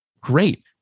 great